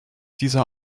dieser